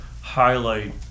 highlight